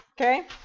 Okay